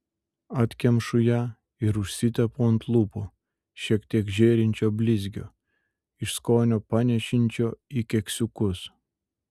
atkemšu ją ir užsitepu ant lūpų šiek tiek žėrinčio blizgio iš skonio panėšinčio į keksiukus